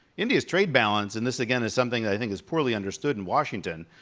india's trade balance, and this, again, is something that i think is poorly understood in washington,